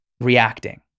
reacting